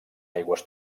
aigües